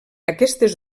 aquestes